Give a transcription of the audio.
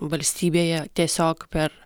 valstybėje tiesiog per